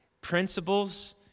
principles